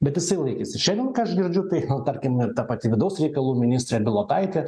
bet jisai laikėsi šiandien girdžiu tai tarkim ta pati vidaus reikalų ministrė bilotaitė